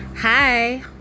Hi